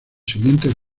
siguientes